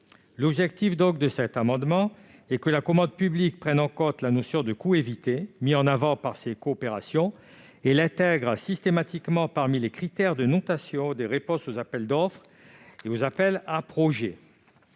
L'objectif de cet amendement est que la commande publique prenne en compte la notion de coûts évités mis en avant par ces coopérations et l'intègre systématiquement parmi les critères de notation des réponses aux appels d'offres et appels à projets.